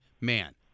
man